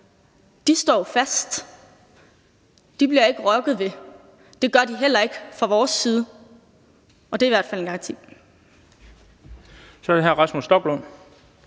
De står fast, dem bliver der ikke rokket ved. De gør de heller ikke fra vores side, og det er i hvert fald en garanti. Kl. 12:03 Den fg. formand